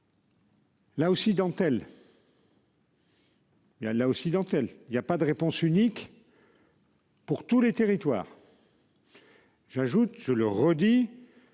là aussi dentelle il y a pas de réponse unique.-- Pour tous les territoires.-- J'ajoute sur le redis.